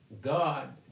God